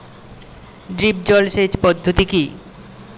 Drip জল সেচ পদ্ধতি কি?